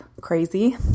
crazy